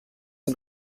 und